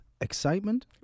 Excitement